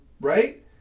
right